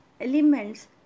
elements